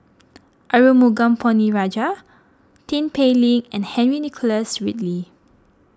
Arumugam Ponnu Rajah Tin Pei Ling and Henry Nicholas Ridley